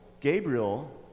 Gabriel